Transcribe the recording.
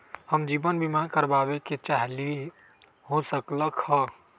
हम जीवन बीमा कारवाबे के चाहईले, हो सकलक ह?